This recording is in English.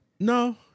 No